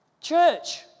Church